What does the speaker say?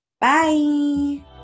bye